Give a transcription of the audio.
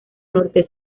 norte